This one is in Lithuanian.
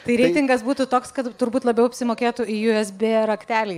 tai reitingas būtų toks kad turbūt labiau apsimokėtų į usb raktelį